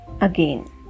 again